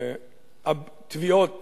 שהתביעות